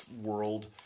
world